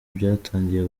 byatangiye